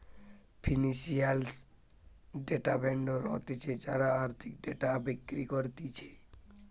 financial data vendor হতিছে যারা আর্থিক ডেটা বিক্রি করতিছে